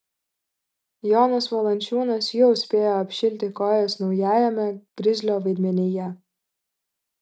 jonas valančiūnas jau spėjo apšilti kojas naujajame grizlio vaidmenyje